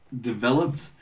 developed